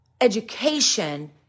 education